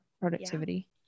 productivity